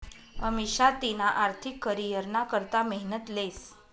अमिषा तिना आर्थिक करीयरना करता मेहनत लेस